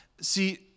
See